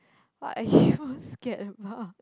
what are you scared about